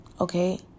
Okay